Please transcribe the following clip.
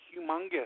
humongous